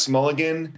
Mulligan